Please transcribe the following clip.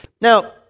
Now